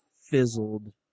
fizzled